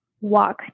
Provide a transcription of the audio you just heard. Walk